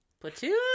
platoon